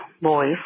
boys